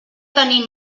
tenir